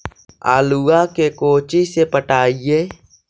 आलुआ के कोचि से पटाइए?